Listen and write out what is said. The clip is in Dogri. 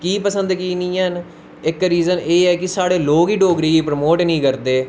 की पसंद की नी हैन इक रीज़न एह् ऐ कि साढ़े लोग गै डोगरी बी परमोट नी करदे